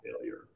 failure